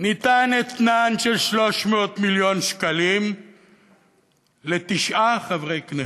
ניתן אתנן של 300 מיליון שקלים לתשעה חברי כנסת.